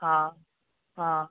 हा हा